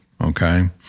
okay